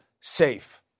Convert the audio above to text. safe